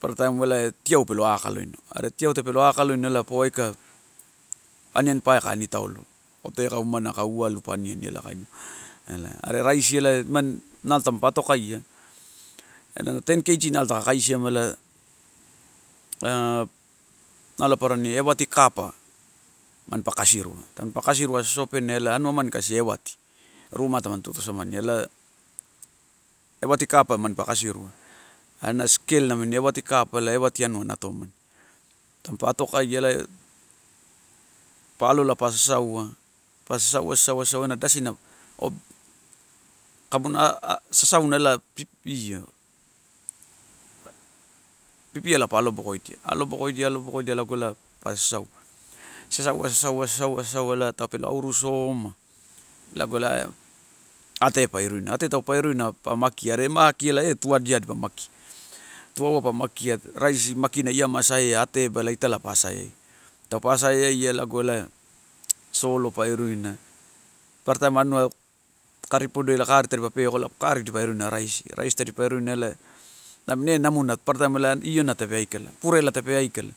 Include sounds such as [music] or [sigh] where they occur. Papara taim ela tiau pelo akaloino. Are tiau tape lo akaloino ela paua aika, aniani pae ka ani tau lo, koteka umana aka uwalu pa aniani ela kainiua ela. Are raisi ela nimani nalo tampa atokaia, elana ten kg nalo taka kaisi ama ela, aa, a nalo aparani ewati kapa, mampa kasirua, tampa kasuria sosopenea anuamani ia ewati ruma tamani tu, tuisamani ela, ewati kapa manpa kasirua. Ana skel namini ewati kapa ela ewati anua nato mani. Tampa atokaia elae, palolapa sasaua, pa sasaua, sasaua, sasaua ena dasina [hesitation] kabuna [hesitation] sasaua ela pipio. Pipiala pa alobokoidia, alobokoidia, alobokoidia lago elae pa sasaua, sasaua, sasaua, sasaua, sasaua ela tape lo auru som. Lago elae ate pa iruina, ate taupe iruina pa makia, are makai elae e tuadia dipa makia. Tuauai pa makia raisi makiona ia ma saea, ate ba italai pa asaea. Taupe asaeaia lago elae solo pairuina paparataim anua kari podoi ela kari dadipa peka kari dipa iruina raisi, raisi tadipa iruina elae namini ine namuna papara taim iona tape aikala, purela tape aikala,